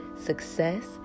success